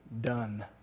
done